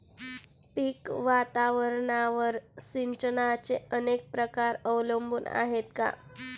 पीक वातावरणावर सिंचनाचे अनेक प्रकार अवलंबून आहेत का?